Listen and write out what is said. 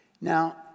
Now